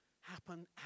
happen